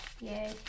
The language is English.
Yay